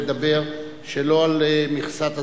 לדבר שלא על מכסת הזמן.